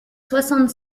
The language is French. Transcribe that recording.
soixante